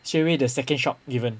straight away the second shock given